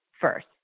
first